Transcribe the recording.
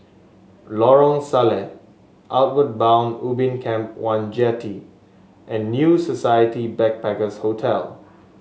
Lorong Salleh Outward Bound Ubin Camp One Jetty and New Society Backpackers' Hotel